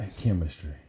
chemistry